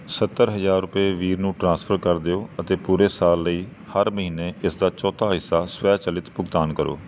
ਸੱਤਰ ਹਜ਼ਾਰ ਰੁਪਏ ਵੀਰ ਨੂੰ ਟ੍ਰਾਂਸਫਰ ਕਰ ਦਿਓ ਅਤੇ ਪੂਰੇ ਸਾਲ ਲਈ ਹਰ ਮਹੀਨੇ ਇਸਦਾ ਚੌਥਾ ਹਿੱਸਾ ਸਵੈਚਲਿਤ ਭੁਗਤਾਨ ਕਰੋ